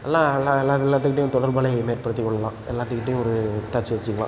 நல்லா எல்லாம் எல்லாம் எல்லார்த்துக்கிட்டையும் தொடர்பு ஏற்படுத்திக் கொள்ளலாம் எல்லார்த்துக்கிட்டையும் ஒரு டச் வைச்சுக்கலாம்